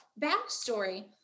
backstory